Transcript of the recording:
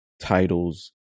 titles